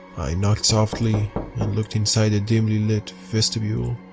knocked softly and looked inside the dimly lit vestibule,